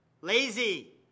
Lazy